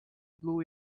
blue